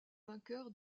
vainqueur